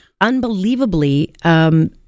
unbelievably